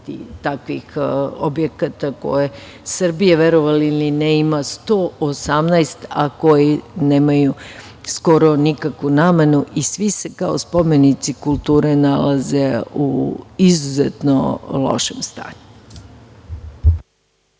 takvih objekata koje Srbija, verovali ili ne, ima 118, a koji nemaju skoro nikakvu namenu i svi se kao spomenici kulture nalaze u izuzetno lošem stanju.